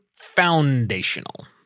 foundational